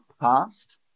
past